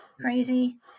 Crazy